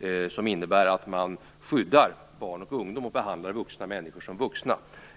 vilken innebär att man skyddar barn och ungdom och behandlar vuxna människor som vuxna.